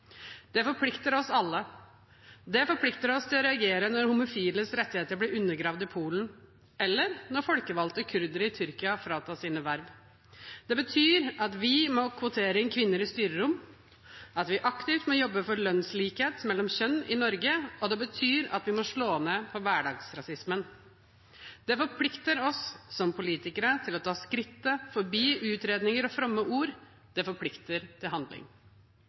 Det forplikter oss alle. Det forplikter oss til å reagere når homofiles rettigheter blir undergravd i Polen, eller når folkevalgte kurdere i Tyrkia fratas sine verv. Det betyr at vi må kvotere inn kvinner i styrerom, at vi aktivt må jobbe for lønnslikhet mellom kjønn i Norge, og det betyr at vi må slå ned på hverdagsrasismen. Det forplikter oss som politikere til å ta skrittet forbi utredninger og fromme ord. Det forplikter til handling.